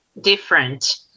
different